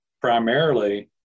primarily